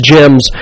Gems